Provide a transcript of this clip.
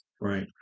Right